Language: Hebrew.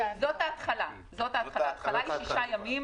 זאת ההתחלה, שישה ימים,